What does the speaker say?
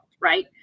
right